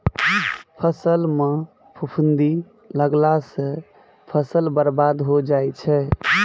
फसल म फफूंदी लगला सँ फसल बर्बाद होय जाय छै